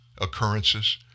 occurrences